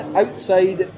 outside